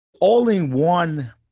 all-in-one